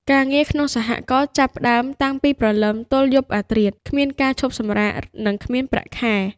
ការងារក្នុងសហករណ៍ចាប់ផ្តើមតាំងពីព្រលឹមទល់យប់អាធ្រាត្រ គ្មានថ្ងៃឈប់សម្រាក និងគ្មានប្រាក់ខែ។